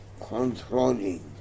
controlling